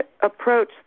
approach